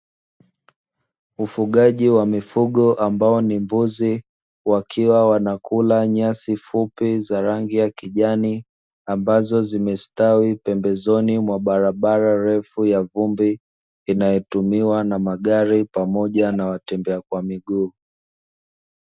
Ufugaji wa mifugo ambao ni mbuzi wakiwa wanakula nyasi fupi za rangi ya kijani ambazo zimestawi pembezoni mwa barabara refu ya vumbi inayotumiwa na magari pamoja na watembea kwa miguu.